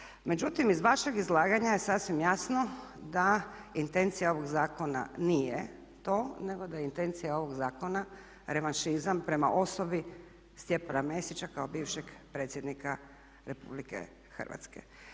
Međutim, iz vašeg izlaganja je sasvim jasno da intencija ovog zakona nije to nego da intencija ovog zakona revanšizam prema osobi Stjepana Mesića kao bivšeg predsjednika RH.